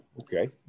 okay